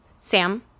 Sam